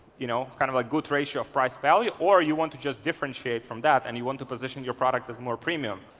you know kind of a good ratio of price value, or you want to just differentiate from that, and you want to position your product as more premium.